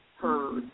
Heard